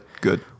good